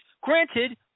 Granted